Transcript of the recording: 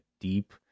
deep